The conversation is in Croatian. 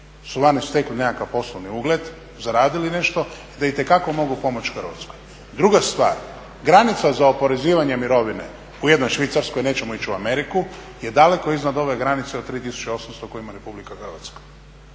su vani stekli nekakav poslovni ugled, zaradili nešto, da itekako mogu pomoći Hrvatskoj. Druga stvar, granica za oporezivanje mirovine, u jednoj Švicarskoj, nećemo ići u Ameriku, je daleko iznad ove granice od 3800 koje ima Republika Hrvatska.